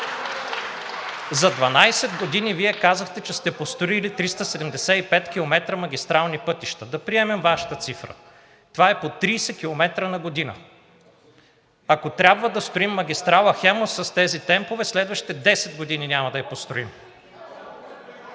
За 12 години Вие казахте, че сте построили 375 км магистрални пътища. Да приемем Вашата цифра. Това е по 30 км на година. Ако трябва да строим магистрала „Хемус“ с тези темпове, следващите 10 години няма да я построим.